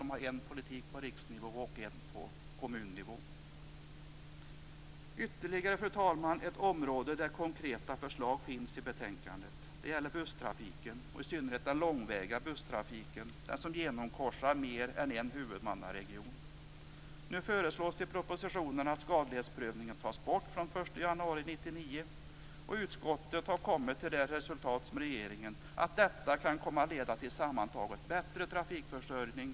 De har en politik på riksnivå och en på kommunnivå. Fru talman! Ytterligare ett område där konkreta förslag finns i betänkandet är busstrafiken - och i synnerhet den långväga trafiken, den som genomkorsar mer än en huvudmannaregion. Nu föreslås i propositionen att skadlighetsprövningen tas bort från den 1 januari 1999. Utskottet har kommit till samma resultat som regeringen; att detta kan komma att leda till sammantaget bättre trafikförsörjning.